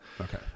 Okay